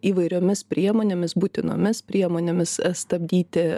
įvairiomis priemonėmis būtinomis priemonėmis stabdyti